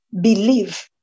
believe